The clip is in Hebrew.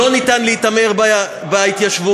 אי-אפשר להתעמר בהתיישבות.